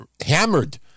hammered